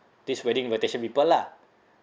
this wedding invitation people lah